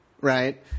right